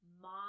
mom